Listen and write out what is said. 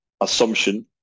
assumption